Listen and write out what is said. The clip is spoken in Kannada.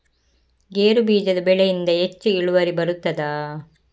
ಗೇರು ಬೀಜದ ಬೆಳೆಯಿಂದ ಹೆಚ್ಚು ಇಳುವರಿ ಬರುತ್ತದಾ?